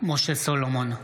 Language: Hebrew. משה סולומון,